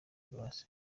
grace